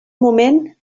moment